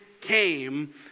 came